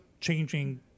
changing